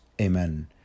Amen